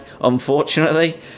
unfortunately